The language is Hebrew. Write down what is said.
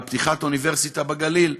על פתיחת אוניברסיטה בגליל.